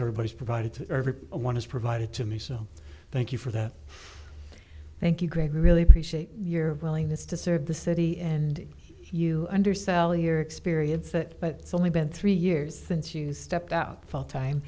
it's provided to every one is provided to me so thank you for that thank you great we really appreciate your willingness to serve the city and you undersell your experience that but it's only been three years since you stepped out full time